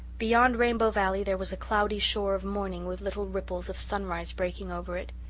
beyond rainbow valley there was a cloudy shore of morning with little ripples of sunrise breaking over it.